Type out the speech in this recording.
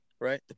right